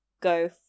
go